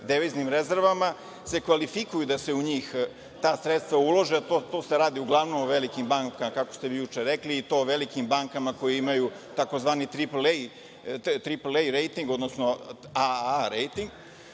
deviznim rezervama, se kvalifikuju da se u njih ta sredstva ulože. Tu se radi uglavnom o velikim bankama, kako ste juče rekli, i to velikim bankama koje imaju tzv. „triplej rejting“, odnosno „AA rejting“.